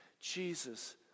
Jesus